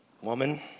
woman